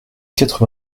quatre